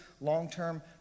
long-term